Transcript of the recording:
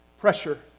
pressure